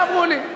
ככה אמרו לי.